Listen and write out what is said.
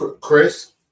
Chris